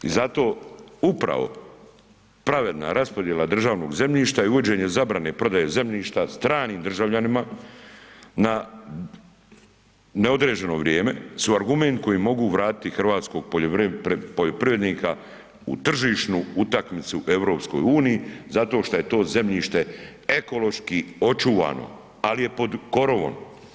I zato upravo pravedna raspodjela državnog zemljišta i uvođenje zabrane prodaje zemljišta stranim državljanima na neodređeno vrijeme su argument koji mogu vratiti hrvatskog poljoprivrednika u tržišnu utakmicu u Europskoj uniji zato što je to zemljište ekološki očuvano, al' je pod korovom.